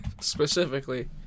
Specifically